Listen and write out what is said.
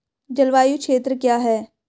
जलवायु क्षेत्र क्या है?